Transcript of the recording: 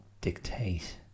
dictate